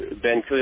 Ben